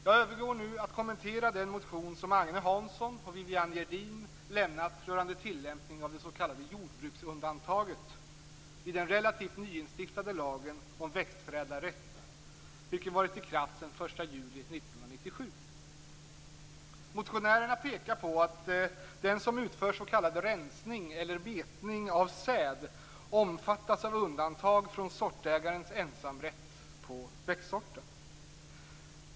Jag övergår nu till att kommentera den motion som Agne Hansson och Viviann Gerdin väckt rörande tillämpningen av det s.k. jordbruksundantaget i den relativt nystiftade lagen om växtförädlarrätt, vilken varit i kraft sedan den 1 juli 1997. Motionärerna pekar på att den som utför s.k. rensning eller betning av säd omfattas av undantag från sortägarens ensamrätt på växtsorten.